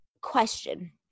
Question